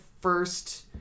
first